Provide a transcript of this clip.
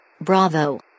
Bravo